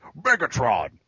Megatron